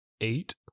Eight